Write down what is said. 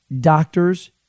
doctors